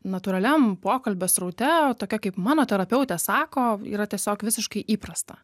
natūraliam pokalbio sraute va tokia kaip mano terapeutė sako yra tiesiog visiškai įprasta